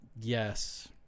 yes